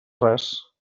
res